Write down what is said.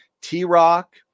T-Rock